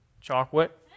Chocolate